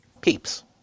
peeps